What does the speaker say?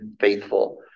faithful